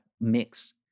mix